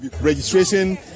registration